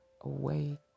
away